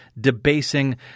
debasing